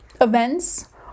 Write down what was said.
events